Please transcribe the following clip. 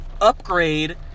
Upgrade